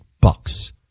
bucks